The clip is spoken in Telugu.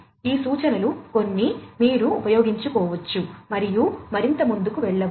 ఈ సూచనలు కొన్ని మీరు ఉపయోగించుకోవచ్చు మరియు మరింత ముందుకు వెళ్ళవచ్చు